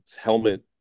helmet